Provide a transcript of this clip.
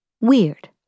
weird